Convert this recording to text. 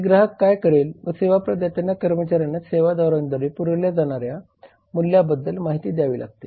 हे ग्राहक काय करेल व सेवा प्रदात्याने कर्मचाऱ्यांना सेवांद्वारे पुरवल्या जाणाऱ्या मूल्याबद्दल माहिती द्यावी लागते